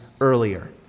earlier